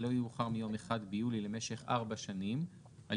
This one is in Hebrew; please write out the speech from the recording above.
לא יאוחר מיום 1 ביולי למשך ארבע שנים על